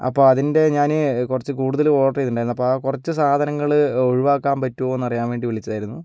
അപ്പോൾ അതിൻ്റെ ഞാൻ കുറച്ച് കൂടുതൾ ഓർഡർ ചെയ്തിട്ടുണ്ടായിരുന്നു അപ്പോൾ ആ കുറച്ച് സാധനങ്ങൾ ഒഴിവാക്കാൻ പറ്റുമോയെന്ന് അറിയാൻ വേണ്ടി വിളിച്ചതായിരുന്നു